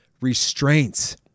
restraints